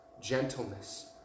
gentleness